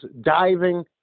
diving